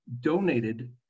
donated